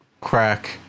crack